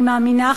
אני מאמינה,